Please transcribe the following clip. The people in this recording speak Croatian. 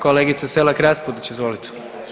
Kolegice Selak RAspudić izvolite.